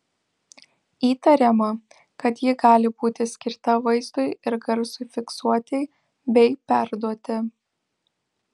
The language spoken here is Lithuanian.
įtariama kad ji gali būti skirta vaizdui ir garsui fiksuoti bei perduoti